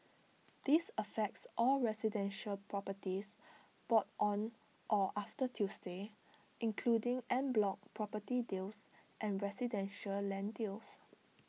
this affects all residential properties bought on or after Tuesday including en bloc property deals and residential land deals